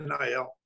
NIL